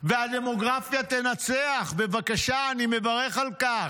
והדמוגרפיה תנצח, בבקשה, אני מברך על כך.